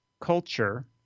culture